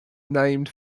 named